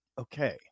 Okay